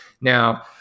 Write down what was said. Now